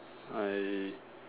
I